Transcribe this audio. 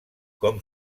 com